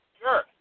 Sure